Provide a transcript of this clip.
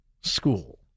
school